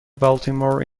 baltimore